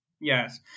Yes